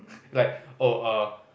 like oh uh